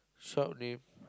shop name